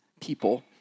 people